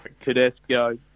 Tedesco